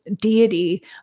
deity